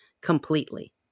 completely